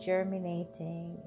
Germinating